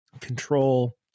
control